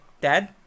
Dad